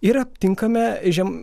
ir aptinkame žem